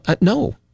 No